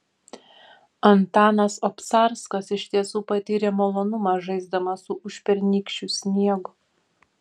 antanas obcarskas iš tiesų patyrė malonumą žaisdamas su užpernykščiu sniegu